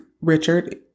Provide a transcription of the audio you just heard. Richard